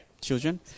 children